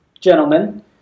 gentlemen